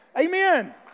Amen